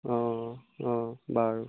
অঁ অঁ অঁ বাৰু